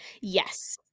yes